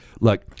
look